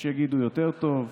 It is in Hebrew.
יש יגידו יותר טוב,